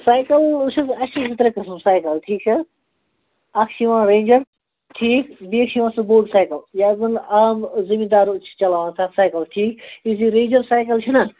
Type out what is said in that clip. cycle چھِ حظ اَسہِ چھِ زٕ ترٛےٚ قٕسٕم سایکَل ٹھیٖک چھا اَکھ چھِ یِوان رینٛجَر ٹھیٖک بیٚیہِ چھِ یِوان سُہ بوٚڈ سایکَل یَتھ زَن عام زٔمیٖنٛدارو چھِ چَلاوان تَتھ سایکَلَس ٹھیٖک یُس یہِ رینٛجَر سایکَل چھُ نا